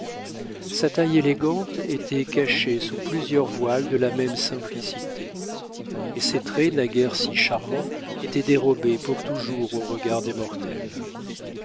sa taille élégante était cachée sous plusieurs voiles de la même simplicité et ses traits naguère si charmants étaient dérobés pour toujours aux regards des mortels